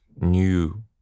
New